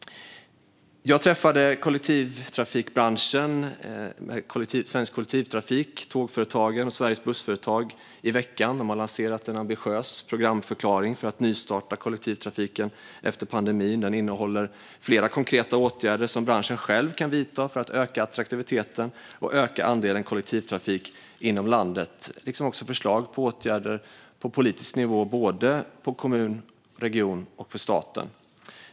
Jag träffade kollektivtrafikbranschen - Svensk Kollektivtrafik, Tågföretagen och Sveriges Bussföretag - i veckan. De har lanserat en ambitiös programförklaring för att nystarta kollektivtrafiken efter pandemin. Den innehåller flera konkreta åtgärder som branschen själv kan vidta för att öka attraktiviteten och öka andelen kollektivtrafik inom landet liksom förslag på åtgärder på politisk nivå, för kommuner, regioner och staten.